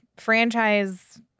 franchise